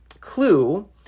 clue